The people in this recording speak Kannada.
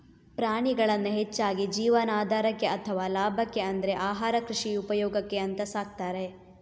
ಪ್ರಾಣಿಗಳನ್ನ ಹೆಚ್ಚಾಗಿ ಜೀವನಾಧಾರಕ್ಕೆ ಅಥವಾ ಲಾಭಕ್ಕೆ ಅಂದ್ರೆ ಆಹಾರ, ಕೃಷಿ ಉಪಯೋಗಕ್ಕೆ ಅಂತ ಸಾಕ್ತಾರೆ